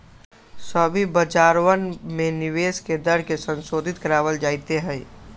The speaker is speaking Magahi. सभी बाजारवन में निवेश के दर के संशोधित करावल जयते हई